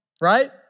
right